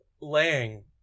laying